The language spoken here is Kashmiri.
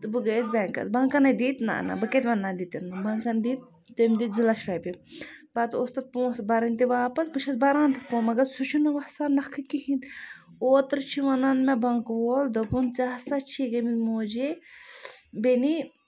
تہٕ بہٕ گٔیَس بینکَس بینکَن ہے دِتۍ نہ نہ بہٕ کَتہِ وَنہٕ نہ دِتٕنۍ نہٕ بینکَن دِتۍ تٔمۍ دِتۍ زٕ لَچھٕ رۄپیہِ پَتہٕ اوس تَتھ پونسہٕ بَرٕنۍ تہِ واپَس بہٕ چھَس بران تَتھ پونسہٕ مَگر سُہ چھُنہٕ وَسان نَکھٕ کِہیٖنۍ تہِ اوترٕ چھُ وَنان مےٚ بینکہٕ وول دوٚپُن ژےٚ ہَسا چھی ییٚمہِ موٗجے بیٚنی